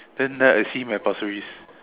then after that I see him at Pasir-Ris